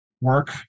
work